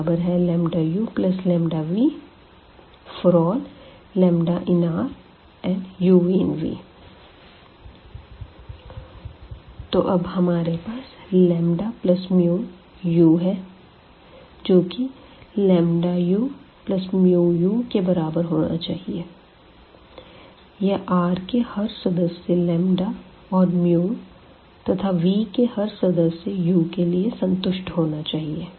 uvλuλv∀λ∈Randuv∈V तो अब हमारे पास λμu है जो की uμu के बराबर होना चाहिए यह R के हर सदस्य लंबदा और मयू तथा V के हर सदस्य u के लिए संतुष्ट होना चाहिए